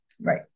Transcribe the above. Right